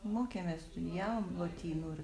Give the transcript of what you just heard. mokėmės studijavom lotynų ir